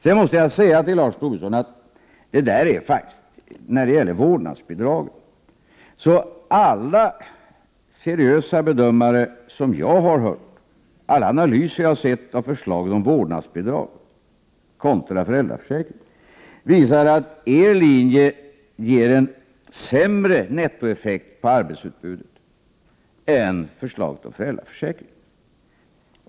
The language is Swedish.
Sedan måste jag säga till Lars Tobisson när det gäller vårdnadsbidraget att alla seriösa bedömare som jag har mött och alla analyser av förslaget om vårdnadsbidrag kontra föräldraförsäkringen som jag har sett visar att er linje ger en sämre nettoeffekt på arbetsutbudet än förslaget om föräldraförsäkring.